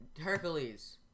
Hercules